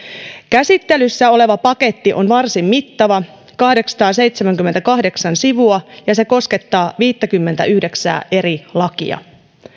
käsittelyssä oleva paketti on varsin mittava kahdeksansataaseitsemänkymmentäkahdeksan sivua ja se koskettaa viittäkymmentäyhdeksää eri lakia